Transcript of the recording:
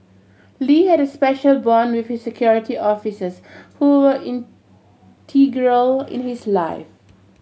lee had a special bond with his Security Officers who were integral in his life